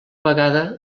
vegada